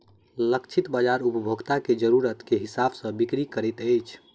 लक्षित बाजार उपभोक्ता के जरुरत के हिसाब सॅ बिक्री करैत अछि